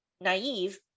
naive